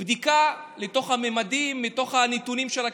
בדיקה לתוך הממדים, מתוך הנתונים של הכלכלה.